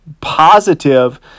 positive